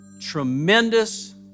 tremendous